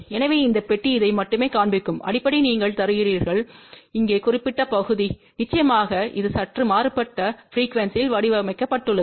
எனவே இந்த பெட்டி இதை மட்டுமே காண்பிக்கும் அடிப்படையில் நீங்கள் தருகிறீர்கள் இங்கே குறிப்பிட்ட பகுதி நிச்சயமாக இது சற்று மாறுபட்ட ப்ரிக்யூவென்ஸிணிற்காக வடிவமைக்கப்பட்டுள்ளது